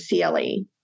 CLE